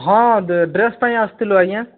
ହଁ ଡ୍ରେସ ପାଇଁ ଆସିଥିଲୁ ଆଜ୍ଞା